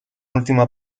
última